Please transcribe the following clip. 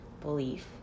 belief